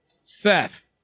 seth